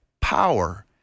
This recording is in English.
power